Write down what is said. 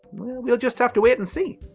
we'll just have to wait and see!